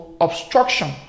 obstruction